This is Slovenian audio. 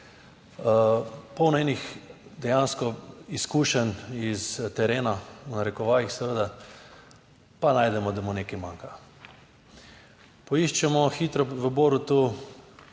Polno enih dejansko izkušenj iz terena, v narekovajih seveda, pa najdemo, da mu nekaj manjka. Poiščemo hitro v Borutu